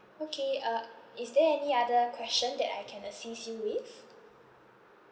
okay uh is there any other question that I can assist you with